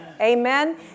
Amen